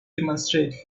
demonstrate